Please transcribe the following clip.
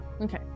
Okay